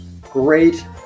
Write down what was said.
great